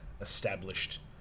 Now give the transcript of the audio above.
established